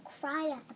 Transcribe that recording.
cried